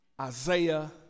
Isaiah